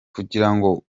kugirango